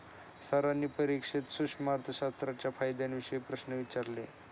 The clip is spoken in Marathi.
सरांनी परीक्षेत सूक्ष्म अर्थशास्त्राच्या फायद्यांविषयी प्रश्न विचारले